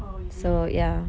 oh is it